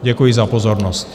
Děkuji za pozornost.